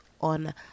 on